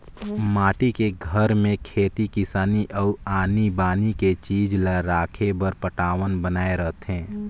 माटी के घर में खेती किसानी अउ आनी बानी के चीज ला राखे बर पटान्व बनाए रथें